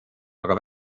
aga